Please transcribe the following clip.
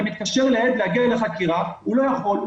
אתה מתקשר לעד להגיע לחקירה אבל הוא לא יכול,